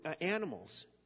animals